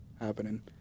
happening